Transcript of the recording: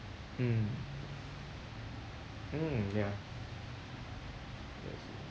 mm mm ya yes